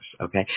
Okay